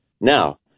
Now